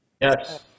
Yes